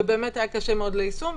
ובאמת היה קשה מאוד ליישום,